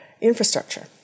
infrastructure